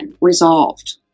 resolved